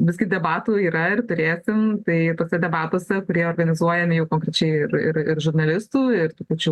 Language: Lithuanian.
visgi debatų yra ir turėtsim tai tuose debatuose kurie organizuojami jau konkrečiai ir ir ir žurnalistų ir tų pačių